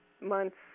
months